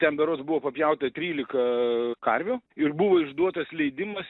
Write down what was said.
ten berods buvo papjauta trylika karvių ir buvo išduotas leidimas